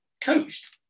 coached